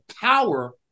power